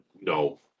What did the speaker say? no